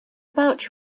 about